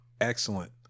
Excellent